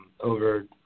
over –